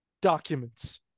documents